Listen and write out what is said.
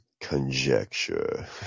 conjecture